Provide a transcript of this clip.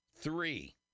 three